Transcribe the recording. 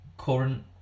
current